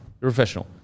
professional